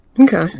okay